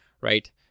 right